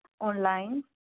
online